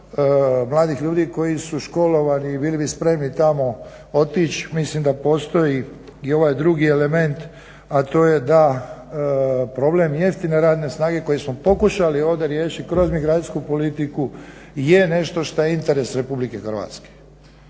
mladih ljudi koji su školovani i bili bi spremni tamo otić, mislim da postoji i ovaj drugi element, a to je da problem jeftine radne snage koji smo pokušali ovdje riješiti kroz migracijsku politiku je nešto što je interes RH. Jer je